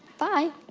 bye.